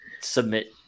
submit